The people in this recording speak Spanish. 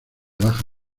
baja